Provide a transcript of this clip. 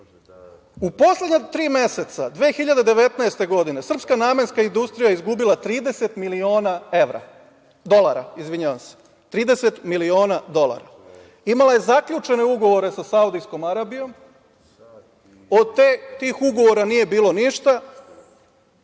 U poslednja tri meseca 2019. godine srpska namenska industrija je izgubila 30 miliona dolara. Imala je zaključene ugovore sa Saudijskom Arabijom. Od tih ugovora nije bilo ništa.